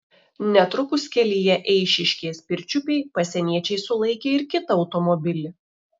netrukus kelyje eišiškės pirčiupiai pasieniečiai sulaikė ir kitą automobilį